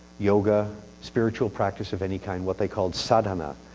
yeah ah and spiritual practice of any kind what they called sadhana,